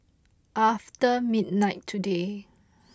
after midnight today